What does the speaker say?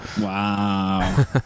Wow